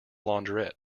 launderette